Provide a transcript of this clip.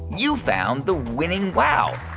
you found the winning wow.